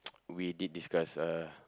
we did discuss uh